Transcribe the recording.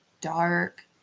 dark